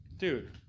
Dude